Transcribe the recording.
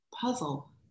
puzzle